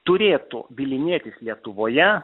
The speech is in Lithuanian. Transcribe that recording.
turėtų bylinėtis lietuvoje